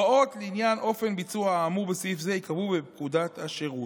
הוראות לעניין אופן הביצוע האמור בסעיף זה ייקבעו בפקודת השירות.